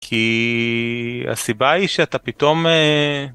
כי הסיבה היא שאתה פתאום.